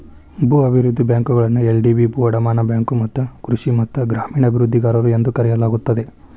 ಭೂ ಅಭಿವೃದ್ಧಿ ಬ್ಯಾಂಕುಗಳನ್ನ ಎಲ್.ಡಿ.ಬಿ ಭೂ ಅಡಮಾನ ಬ್ಯಾಂಕು ಮತ್ತ ಕೃಷಿ ಮತ್ತ ಗ್ರಾಮೇಣ ಅಭಿವೃದ್ಧಿಗಾರರು ಎಂದೂ ಕರೆಯಲಾಗುತ್ತದೆ